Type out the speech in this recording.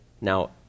Now